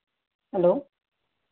hello